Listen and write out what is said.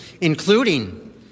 including